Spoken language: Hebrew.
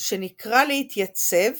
שנקרא להתייצב